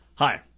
Hi